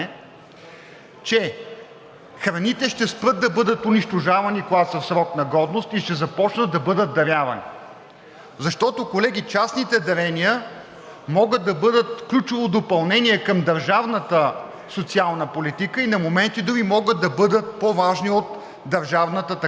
че храните ще спрат да бъдат унищожавани, когато са в срок на годност и ще започнат да бъдат дарявани. Защото, колеги, частните дарения могат да бъдат ключово допълнение към държавната социална политика и на моменти дори могат да бъдат по-важни от държавната такава.